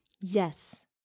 Yes